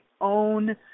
own